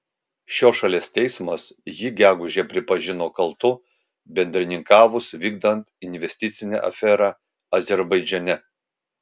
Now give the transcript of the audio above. šios šalies teismas jį gegužę pripažino kaltu bendrininkavus vykdant investicinę aferą azerbaidžane